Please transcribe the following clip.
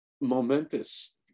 momentous